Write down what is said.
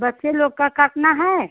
बच्चे लोग का काटना है